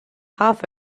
half